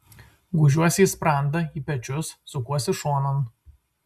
gūžiuosi į sprandą į pečius sukuosi šonan